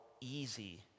easy